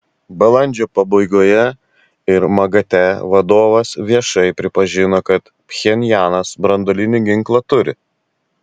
balandžio pabaigoje ir magate vadovas viešai pripažino kad pchenjanas branduolinį ginklą turi